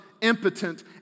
impotent